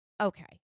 Okay